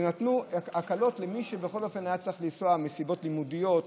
ונתנו הקלות למי שבכל אופן היה צריך לנסוע מסיבות לימודיות,